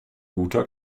guter